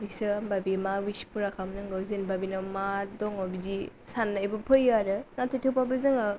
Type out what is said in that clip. बेसो होमब्ला मा उइस फुरा खामनांगौ जेन'बा बेनाव मा दङ बिदि साननायबो फैयो आरो नाथाय थेवबाबो जोङो